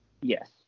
Yes